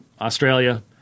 Australia